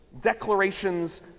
declarations